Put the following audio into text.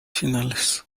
finales